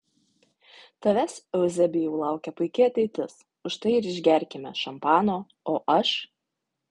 tavęs euzebijau laukia puiki ateitis už tai ir išgerkime šampano o aš